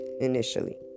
initially